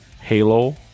Halo